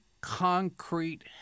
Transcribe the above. concrete